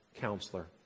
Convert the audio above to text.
counselor